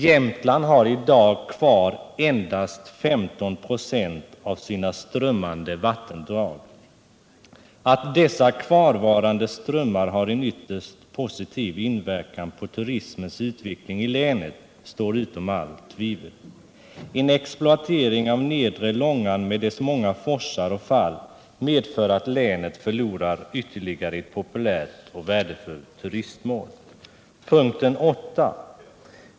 Jämtland har i dag kvar endast 15 96 av sina strömmande vattendrag. Att dessa kvarvarande strömmar har en ytterst positiv inverkan på turismens utveckling i länet står utom allt tvivel. En exploatering av nedre Långan med dess många forsar och fall medför att länet förlorar ytterligare ett populärt och värdefullt turistmål. 8.